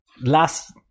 last